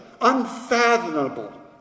unfathomable